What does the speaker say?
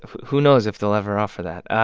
who knows if they'll ever offer that?